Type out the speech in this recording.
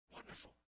Wonderful